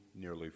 nearly